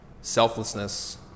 selflessness